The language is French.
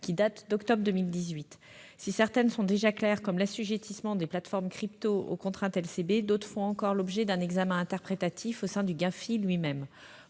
qui datent d'octobre 2018. Si certaines d'entre elles sont déjà claires, comme l'assujettissement des plateformes « crypto » aux contraintes de LCB, d'autres font encore l'objet d'un examen interprétatif au sein du GAFI lui-même.